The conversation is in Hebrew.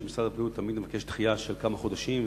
שמשרד הבריאות תמיד מבקש דחייה של כמה חודשים,